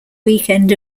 weekend